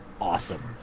awesome